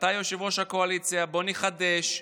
אתה יושב-ראש הקואליציה, בוא נחדש.